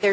there's